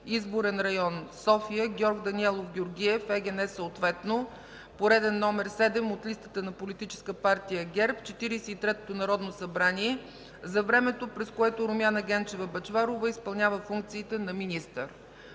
изборен район – София, Георг Даниелов Георгиев, ЕГН съответно, пореден № 7 от листата на Политическа партия ГЕРБ в Четиридесет третото народно събрание за времето, през което Румяна Генчева Бъчварова изпълнява функциите на министър.”